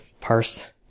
parse